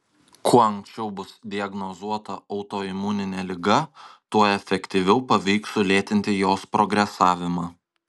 kuo anksčiau bus diagnozuota autoimuninė liga tuo efektyviau pavyks sulėtinti jos progresavimą